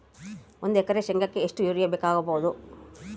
ಒಂದು ಎಕರೆ ಶೆಂಗಕ್ಕೆ ಎಷ್ಟು ಯೂರಿಯಾ ಬೇಕಾಗಬಹುದು?